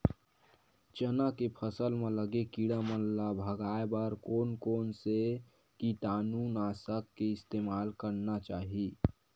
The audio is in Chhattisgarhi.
चना के फसल म लगे किड़ा मन ला भगाये बर कोन कोन से कीटानु नाशक के इस्तेमाल करना चाहि?